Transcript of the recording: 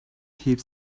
heaps